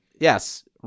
Yes